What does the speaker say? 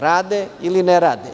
Rade ili ne rade?